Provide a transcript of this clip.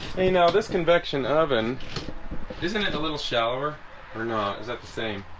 hey now this convection oven isn't it a little shower or not? is that the same